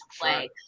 play